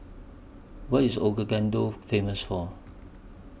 What IS Ouagadou Famous For